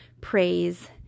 praise